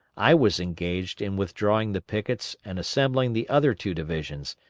i was engaged in withdrawing the pickets and assembling the other two divisions,